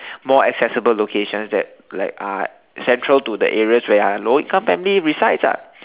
more accessible locations that like are central to the areas where are lower income family resides ah